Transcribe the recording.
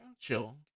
Chill